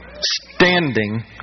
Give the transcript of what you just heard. standing